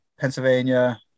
Pennsylvania